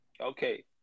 Okay